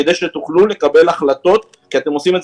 כדי שתוכלו לקבל החלטות כי אתם עושים את